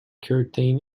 curtain